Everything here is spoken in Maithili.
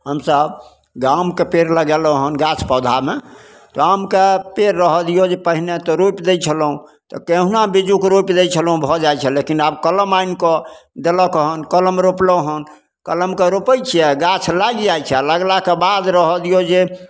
हमसभ आमके पेड़ लगेलहुँ हँ गाछ पौधामे आमके पेड़ रहऽ दिऔ जे पहिले तऽ रोपि दै छलहुँ तऽ कहुनाकऽ बिज्जूके रोपि दै छलहुँ भऽ जाइ छलै लेकिन आब कलम आनिकऽ देलक हँ कलम रोपलहुँ हँ कलमके रोपै छिए गाछ लागि जाइ छै आओर लागलाके बाद रहऽ दिऔ जे